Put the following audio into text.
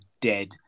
dead